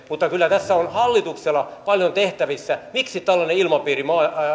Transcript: mutta kyllä tässä on hallituksella paljon tehtävissä miksi tällainen ilmapiiri